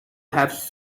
have